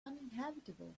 uninhabitable